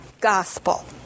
gospel